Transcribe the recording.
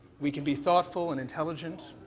we can be thoughtful and intelligent,